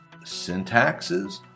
syntaxes